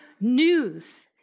news